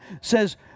says